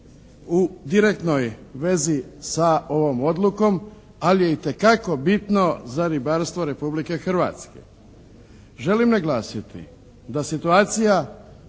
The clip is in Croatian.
u direktnoj vezi sa ovom odlukom ali je itekako bitno za ribarstvo Republike Hrvatske. Želim naglasiti da situacija